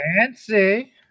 Fancy